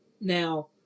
Now